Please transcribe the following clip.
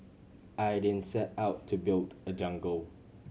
I didn't set out to build a jungle